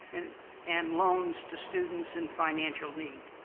and and loans to students in financial need.